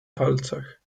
palcach